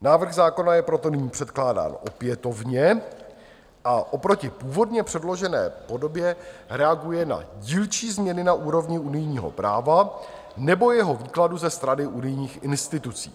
Návrh zákona je proto nyní předkládán opětovně a oproti původně předložené podobě reaguje na dílčí změny na úrovni unijního práva nebo jeho výkladu ze strany unijních institucí.